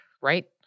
right